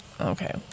okay